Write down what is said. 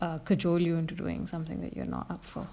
uh cajole you into doing something that you're not up for